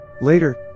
Later